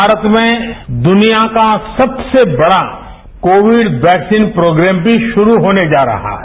भारत में दुनिया का सबसे बड़ा कोविड वैक्सीन प्रोप्रेम भी शुरू होने जा रहा है